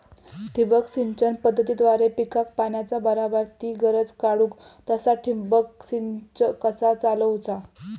ठिबक सिंचन पद्धतीद्वारे पिकाक पाण्याचा बराबर ती गरज काडूक तसा ठिबक संच कसा चालवुचा?